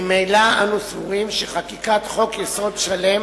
ממילא אנו סבורים שחקיקת חוק-יסוד שלם